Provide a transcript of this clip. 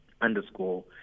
underscore